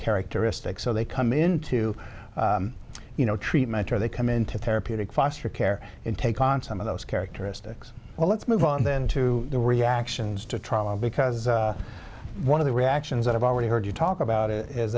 characteristics so they come into you know treatment or they come into therapeutic foster care and take on some of those characteristics well let's move on then to the reactions to trauma because one of the reactions i've already heard you talk about it